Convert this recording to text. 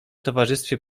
towarzystwie